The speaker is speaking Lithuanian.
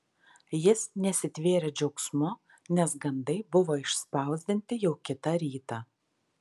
jis nesitvėrė džiaugsmu nes gandai buvo išspausdinti jau kitą rytą